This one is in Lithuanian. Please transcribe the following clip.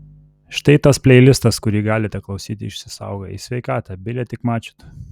štai tas pleilistas kurį galite klausyti išsisaugoję į sveikatą bile tik mačytų